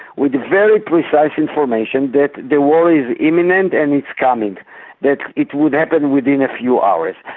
with very precise information that the war is imminent and it's coming that it would happen within a few hours.